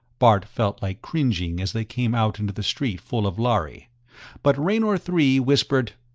bart felt like cringing as they came out into the street full of lhari but raynor three whispered,